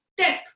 step